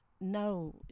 no